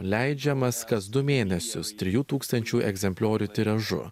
leidžiamas kas du mėnesius trijų tūkstančių egzempliorių tiražu